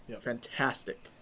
fantastic